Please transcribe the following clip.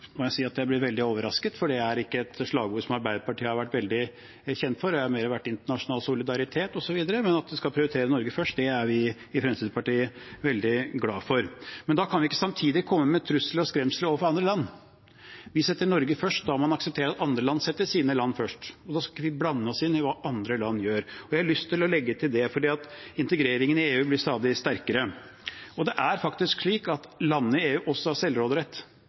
må jeg si at jeg ble veldig overrasket, for det er ikke et slagord som Arbeiderpartiet har vært veldig kjent for. Det har mer vært internasjonal solidaritet osv., men at vi skal prioritere Norge først, er vi i Fremskrittspartiet veldig glad for. Da kan vi ikke samtidig komme med trusler og skremsler overfor andre land. Vi setter Norge først, og da må man akseptere at andre land setter sine land først. Da skal vi ikke blande oss inn i hva andre land gjør. Jeg har lyst til å legge til det, for integreringen i EU blir stadig sterkere. Det er faktisk slik at landene i EU også har selvråderett.